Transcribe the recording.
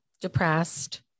depressed